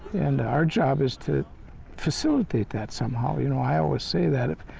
and our job is to facilitate that somehow. you know, i always say that if,